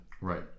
Right